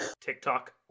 TikTok